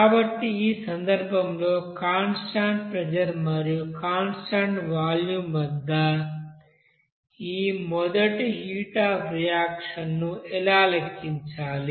కాబట్టి ఈ సందర్భంలో కాన్స్టాంట్ ప్రెజర్ మరియు కాన్స్టాంట్ వాల్యూమ్ వద్ద ఈ మొదటి హీట్ అఫ్ రియాక్షన్ ను ఎలా లెక్కించాలి